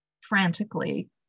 frantically